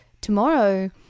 Tomorrow